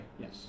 yes